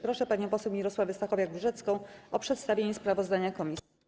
Proszę panią poseł Mirosławę Stachowiak-Różecką o przedstawienie sprawozdania komisji.